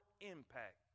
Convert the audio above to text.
impact